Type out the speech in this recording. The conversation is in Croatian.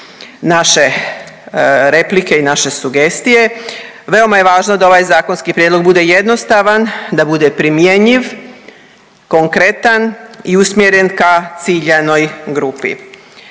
naše replike i naše sugestije. Veoma je važno da ovaj zakonski prijedlog bude jednostavan, da bude primjenjiv, konkretan i usmjeren ka ciljanoj grupi.